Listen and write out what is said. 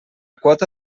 quota